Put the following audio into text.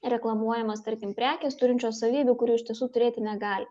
reklamuojamos tarkim prekės turinčios savybių kurių iš tiesų turėti negali